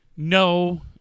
No